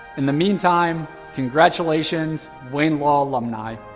in the meantime, congratulations, wayne law alumni.